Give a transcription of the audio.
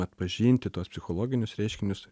atpažinti tuos psichologinius reiškinius